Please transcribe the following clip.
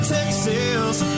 Texas